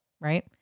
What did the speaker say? Right